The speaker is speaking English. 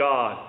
God